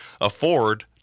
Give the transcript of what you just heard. afford